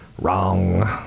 wrong